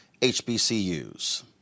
HBCUs